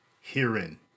herein